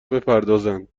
بپردازند